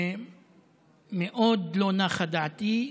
ומאוד לא נחה דעתי,